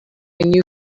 new